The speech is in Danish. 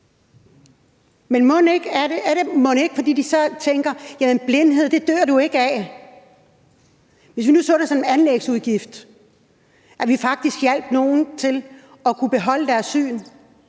Men er det mon ikke, fordi de så tænker, at blindhed dør man ikke af? Hvis vi nu så det som en anlægsudgift, altså at vi faktisk hjalp nogle til at kunne beholde synet,